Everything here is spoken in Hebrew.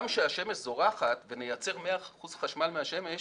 גם כאשר השמש זורחת ונייצר 100 אחוזי חשמל מהשמש,